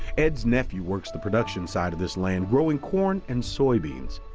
ed's nephew works the production side of this land growing corn and soybeans.